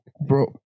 Bro